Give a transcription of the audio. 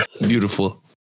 Beautiful